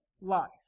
life